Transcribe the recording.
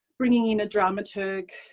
bringing in a drama turk.